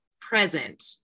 present